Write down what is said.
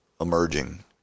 emerging